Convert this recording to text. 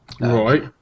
right